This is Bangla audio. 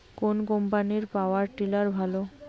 কোন কম্পানির পাওয়ার টিলার ভালো?